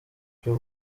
ibyo